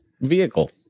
vehicle